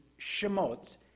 Shemot